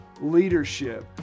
leadership